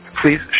Please